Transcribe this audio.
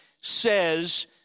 says